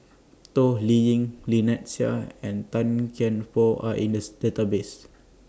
Toh Liying Lynnette Seah and Tan Kian Por Are in The Database